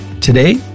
Today